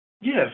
Yes